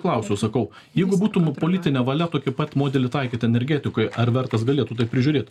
klausiau sakau jeigu būtų politinė valia tokį pat modelį taikyt energetikoj ar vertas galėtų tai prižiūrėt